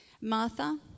Martha